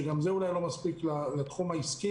כשגם זה אולי לא מספיק לתחום העסקי.